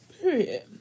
period